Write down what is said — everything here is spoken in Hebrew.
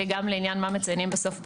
גם לעניין מה מציינים בסוף בנוסח.